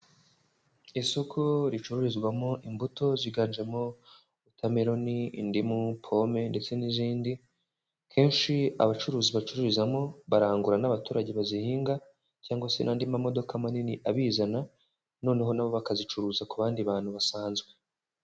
Isoko ricururizwamo imbuto ziganjemo watermelon, indimu, pome ndetse n'izindi, kenshi abacuruzi bacururizamo barangura n'abaturage bazihinga cyangwa se n'andi mamodoka manini abizana noneho na bo bakazicuruza ku bandi bantu basanzwe.